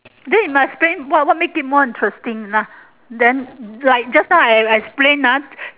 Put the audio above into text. then you must say what what makes it more interesting lah then like just now I explain ah